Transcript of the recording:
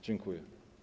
Dziękuję.